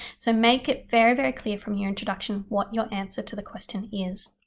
so make it very very clear from your introduction what your answer to the question is.